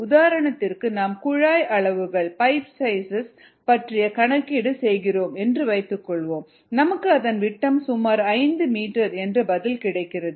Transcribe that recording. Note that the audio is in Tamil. உதாரணத்திற்கு நாம் குழாய் அளவுகள் பற்றிய கணக்கீடு செய்கிறோம் என்று வைத்துக்கொள்வோம் நமக்கு அதன் விட்டம் சுமார் 50 மீட்டர் என்ற பதில் கிடைக்கிறது